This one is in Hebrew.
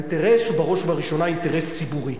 האינטרס הוא בראש ובראשונה אינטרס ציבורי.